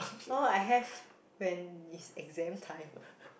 [oh]I have when it's exam time